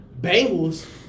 Bengals